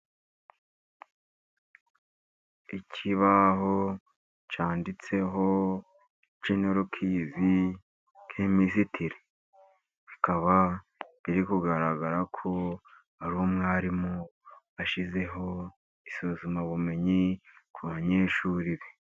Ikibaho cyanditseho genero kwizi kemisitiri, bikaba biri kugaragara ko ari umwarimu ashyizeho isuzumabumenyi ku banyeshuri be.